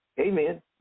Amen